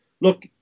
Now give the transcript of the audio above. look